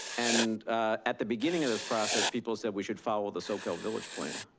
and at the beginning of this process, people said we should follow the soquel village plan.